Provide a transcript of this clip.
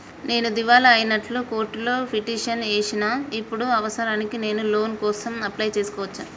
నేను దివాలా అయినట్లు కోర్టులో పిటిషన్ ఏశిన ఇప్పుడు అవసరానికి నేను లోన్ కోసం అప్లయ్ చేస్కోవచ్చా?